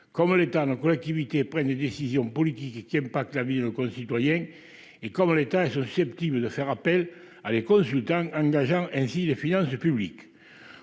comme l'état de collectivité prenne des décisions politiques qui aime pas que la vie, nos concitoyens, et comme l'étage susceptibles de faire appel à des consultants, engageant ainsi les finances publiques,